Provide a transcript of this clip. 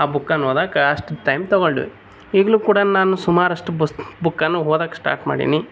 ಆ ಬುಕನ್ನು ಓದೋಕೆ ಅಷ್ಟು ಟೈಮ್ ತೊಗೊಂಡ್ವಿ ಈಗಲು ಕೂಡ ನಾನು ಸುಮಾರಷ್ಟು ಪುಸ್ತಕ ಬುಕ್ಕನ್ನು ಓದೋಕ್ ಸ್ಟಾರ್ಟ್ ಮಾಡೀನಿ